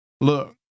Look